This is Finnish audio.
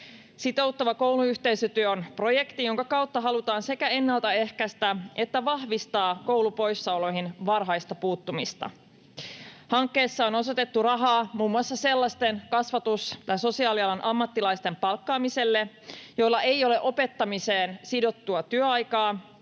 Sitouttava kouluyhteisötyö on projekti, jonka kautta halutaan sekä ennaltaehkäistä että vahvistaa varhaista puuttumista koulupoissaoloihin. Hankkeessa on osoitettu rahaa muun muassa sellaisten kasvatus- tai sosiaalialan ammattilaisten palkkaamiselle, joilla ei ole opettamiseen sidottua työaikaa.